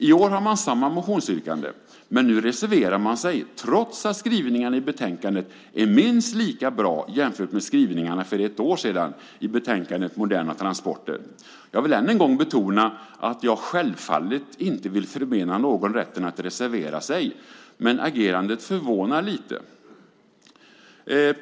I år har man samma motionsyrkande, men nu reserverar man sig trots att skrivningarna i betänkandet är minst lika bra som skrivningarna för ett år sedan i betänkandet Moderna transporter . Jag vill än en gång betona att jag självfallet inte vill förmena någon rätten att reservera sig, men agerandet förvånar lite.